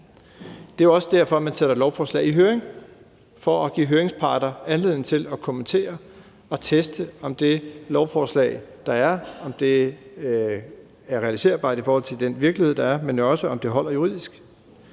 Det er jo også derfor, man sætter lovforslag i høring, altså for at give høringsparter anledning til at kommentere og teste, om det lovforslag, der er, er realiserbart i forhold til den virkelighed, der er, men også, om det holder juridisk.